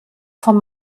von